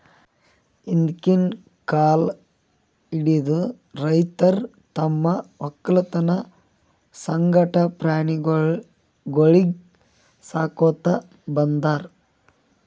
ಹಿಂದ್ಕಿನ್ ಕಾಲ್ ಹಿಡದು ರೈತರ್ ತಮ್ಮ್ ವಕ್ಕಲತನ್ ಸಂಗಟ ಪ್ರಾಣಿಗೊಳಿಗ್ ಸಾಕೋತ್ ಬಂದಾರ್